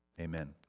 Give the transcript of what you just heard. Amen